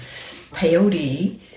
Peyote